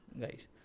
guys